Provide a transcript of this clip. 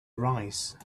arise